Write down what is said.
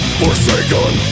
forsaken